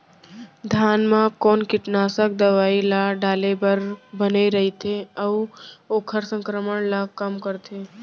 धान म कोन कीटनाशक दवई ल डाले बर बने रइथे, अऊ ओखर संक्रमण ल कम करथें?